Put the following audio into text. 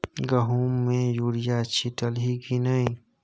गहुम मे युरिया छीटलही की नै?